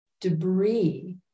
debris